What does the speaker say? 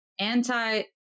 Anti